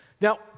Now